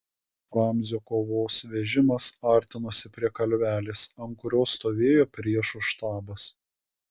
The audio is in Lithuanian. ramzio kovos vežimas artinosi prie kalvelės ant kurios stovėjo priešo štabas